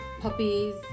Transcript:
puppies